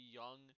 young